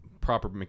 proper